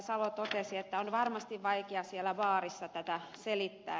salo totesi on varmasti vaikea siellä baarissa tätä selittää